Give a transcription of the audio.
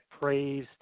praise